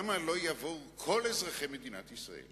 למה לא יבואו כל אזרחי מדינת ישראל